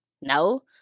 no